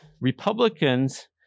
Republicans